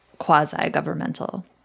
quasi-governmental